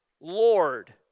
Lord